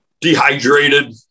dehydrated